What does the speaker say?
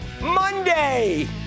Monday